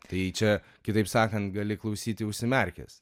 tai čia kitaip sakan gali klausyti užsimerkęs